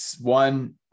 one